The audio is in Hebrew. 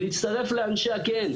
להצטרף לאנשי הכן,